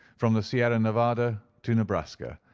from the sierra nevada to nebraska,